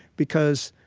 because,